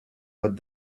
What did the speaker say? but